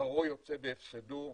שכרו יוצא בהפסדו,